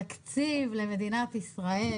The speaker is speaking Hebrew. תקציב למדינת ישראל